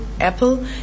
Apple